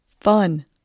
fun